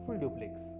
duplex